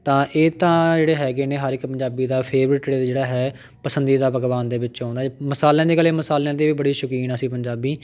ਤਾਂ ਇਹ ਤਾਂ ਜਿਹੜੇ ਹੈਗੇ ਨੇ ਹਰ ਇੱਕ ਪੰਜਾਬੀ ਦਾ ਫੇਵਰੇਟੜ ਜਿਹੜਾ ਹੈ ਪਸੰਦੀਦਾ ਪਕਵਾਨ ਦੇ ਵਿੱਚ ਆਉਂਦਾ ਹੈ ਮਸਾਲਿਆਂ ਦੀ ਗੱਲ ਮਸਾਲਿਆਂ ਦੇ ਵੀ ਬੜੇ ਸ਼ੌਕੀਨ ਅਸੀਂ ਪੰਜਾਬੀ